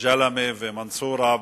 ג'למה ומנסורה,